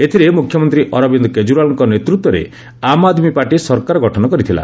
ଏଥିରେ ମୁଖ୍ୟମନ୍ତ୍ରୀ ଅରବିନ୍ଦ୍ କେଜରିଓ୍ୱାଲ୍ଙ୍କ ନେତୃତ୍ୱରେ ଆମ୍ ଆଦ୍ମୀ ପାର୍ଟି ସରକାର ଗଠନ କରିଥିଲା